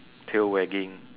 tail wagging